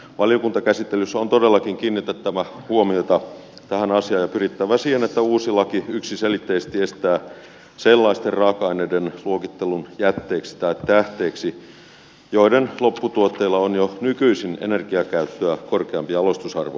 valiokuntakäsittelyssä on todellakin kiinnitettävä huomiota tähän asiaan ja pyrittävä siihen että uusi laki yksiselitteisesti estää sellaisten raaka aineiden luokittelun jätteeksi tai tähteeksi joiden lopputuotteilla on jo nykyisin energiakäyttöä korkeampi jalostusarvo